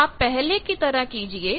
तो आप पहले की तरह कीजिए